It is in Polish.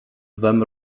lwem